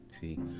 See